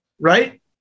Right